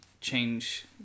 change